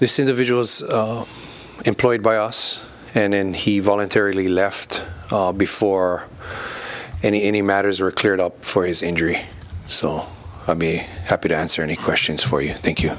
this individual is employed by us and in he voluntarily left before any matters are cleared up for his injury so i'll be happy to answer any questions for you i think you